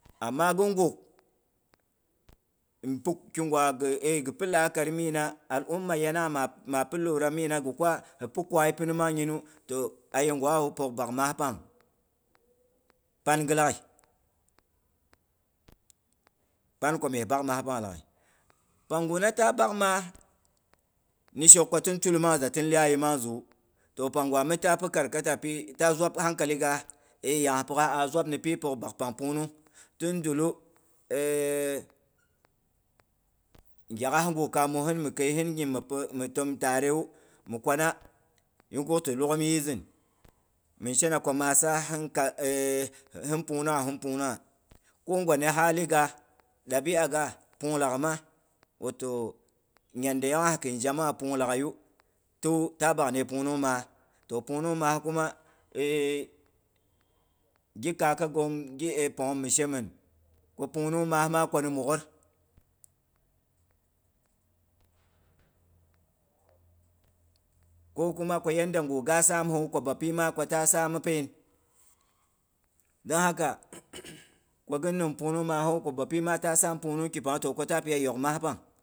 Amma ghin guk pi la'akari mina al'uma yanagha mapi lura mina, ghi kwa hipi kwaii pina namangnyinu, toh, ayegwawu pyok bak maa pang pan ghi laghai. Pan ko mye bak maa pang laghai. Panguna ta bak maa ni shoko tin tul mang zatin iyai mang zawu. Toh pangwa mi ta pi karkata pi ta zwap hankaliga, e yanghas pyokgha a zwap ni pi pyok bak pang punung, tin dullu, gya ghas gu kaamohin mi keisin nyim mi tom tarewu mi kwana ni ko ti lwoghon yii zin. Min shena ko maasa hin hin pungnungha hin punghnungha ko ngwa ni hali ga, dabi'a gha, pung laghai ma wato, nyandeiyongha kin jama'a punghlahai yu, ta bang nde pung nungh maa. Pnngnung maa kuma gi gi kaaka ghom ghi panghom mishe min ko pungnungh maa ma koni mwog'or. Ko kuma ko yanda gwu ga sam hawu ko bapima ko ta sama pen. Dong haka ko gin nim pungnungh maahu ko bapi ma ta sam pungnungh kipanghu ko ta pi ‘iya yok maa pang.